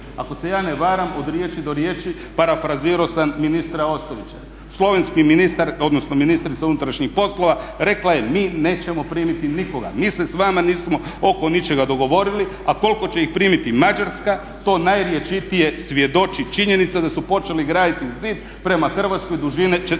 Ako se ja ne varam od riječi do riječi parafrazirao sam ministra Ostojića. Slovenski ministar odnosno ministrica unutrašnjih poslova rekla je mi nećemo primiti nikoga. Mi se s vama nismo oko ničega dogovorili a koliko će ih primiti Mađarska to najrječitije svjedoči činjenica da su počeli graditi zid prema Hrvatskoj dužine 70